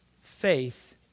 faith